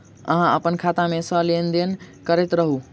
अहाँ अप्पन खाता मे सँ लेन देन करैत रहू?